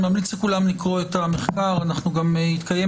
אני ממליץ לכולם לקרוא את המחקר וגם יתקיים